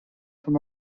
from